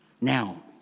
Now